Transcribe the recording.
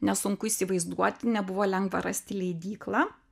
nesunku įsivaizduoti nebuvo lengva rasti leidyklą